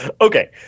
Okay